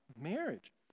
marriage